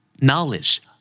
knowledge